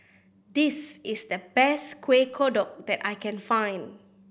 this is the best Kuih Kodok that I can find